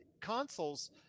consoles